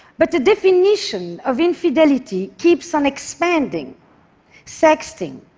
but the definition of infidelity keeps on expanding sexting,